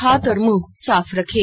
हाथ और मुंह साफ रखें